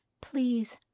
please